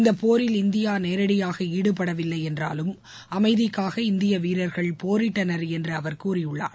இந்த போரில் இந்தியா நேரடியாக ஈடுபடவில்லை என்றாலும் அமைதிக்காக இந்திய வீரர்கள் போரிட்டனர் என்று அவர் கூறியுள்ளார்